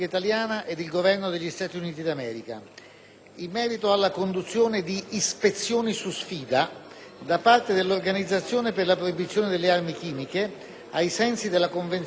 da parte dell'Organizzazione per la proibizione delle armi chimiche (OPAC), ai sensi della Convenzione sulla proibizione dello sviluppo, produzione, immagazzinaggio ed uso di armi chimiche e sulla loro distruzione